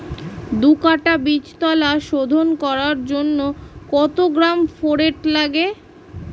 দু কাটা বীজতলা শোধন করার জন্য কত গ্রাম ফোরেট লাগে?